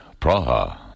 Praha